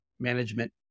Management